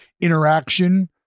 interaction